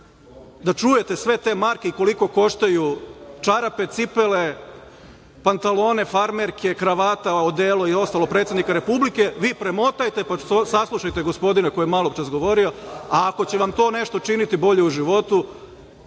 da čujete sve te marke i koliko koštaju čarape, cipele, pantalone, farmerke, kravata, odelo i ostalo predsednika Republike, vi premotajte, pa saslušajte gospodina koji je maločas govorio, a ako će vam to nešto činiti bolje u životu